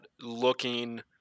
looking